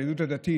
היהדות הדתית,